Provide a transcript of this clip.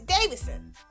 Davidson